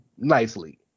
Nicely